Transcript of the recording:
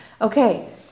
Okay